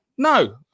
No